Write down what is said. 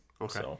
Okay